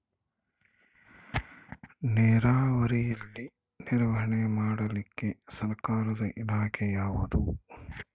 ನೇರಾವರಿಯಲ್ಲಿ ನಿರ್ವಹಣೆ ಮಾಡಲಿಕ್ಕೆ ಸರ್ಕಾರದ ಇಲಾಖೆ ಯಾವುದು?